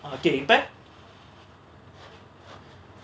getting back